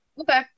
Okay